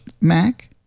Mac